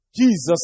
Jesus